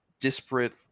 disparate